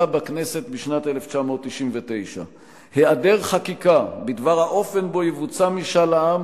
בכנסת בשנת 1999. היעדר חקיקה בדבר האופן בו יבוצע משאל העם